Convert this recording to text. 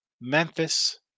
Memphis